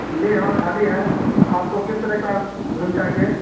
جی ہاں خالی ہے آپ کو کس طرح کا روم چاہیے